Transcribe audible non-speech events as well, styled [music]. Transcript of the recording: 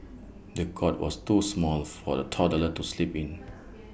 the cot was too small for the toddler to sleep in [noise]